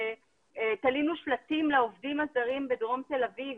תלינו שלטים לעובדים הזרים בדרום תל אביב,